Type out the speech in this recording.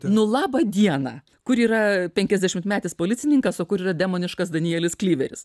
nu labą dieną kur yra penkiasdešimtmetis policininkas o kur yra demoniškas danielius kliveris